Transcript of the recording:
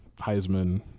Heisman